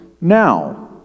now